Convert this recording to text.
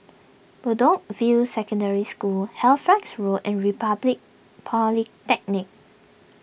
Bedok View Secondary School Halifax Road and Republic Polytechnic